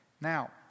Now